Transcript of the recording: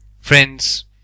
Friends